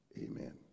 amen